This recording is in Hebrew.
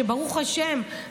שברוך השם,